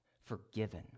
forgiven